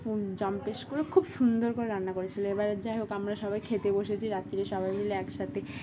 জম্পেস করে খুব সুন্দর করে রান্না করেছিল এবার যাই হোক আমরা সবাই খেতে বসেছি রাত্রিরে সবাই মিলে একসাথে